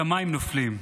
השמיים נופלים.